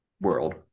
world